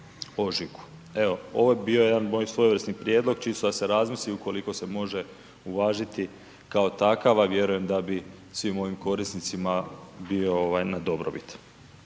ovo je bio jedan moj svojevrsni prijedlog čisto da se razmisli ukoliko se može uvažiti kao takav a vjerujem da bi svim ovim korisnicima bio na dobrobit.